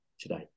today